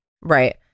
Right